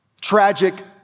tragic